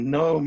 no